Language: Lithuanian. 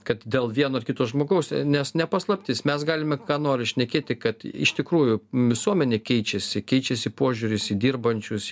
kad dėl vieno ar kito žmogaus nes ne paslaptis mes galime ką nori šnekėti kad iš tikrųjų visuomenė keičiasi keičiasi požiūris į dirbančius